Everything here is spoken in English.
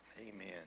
Amen